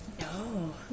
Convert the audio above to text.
No